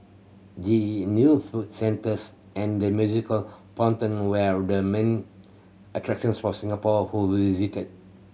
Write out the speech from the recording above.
the new food centres and the musical fountain where the main attractions for Singapore who visited